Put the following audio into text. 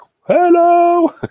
Hello